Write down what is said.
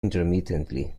intermittently